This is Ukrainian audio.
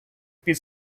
під